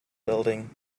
building